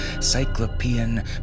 Cyclopean